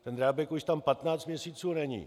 Ten Drábek už tam 15 měsíců není.